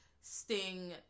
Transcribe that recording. sting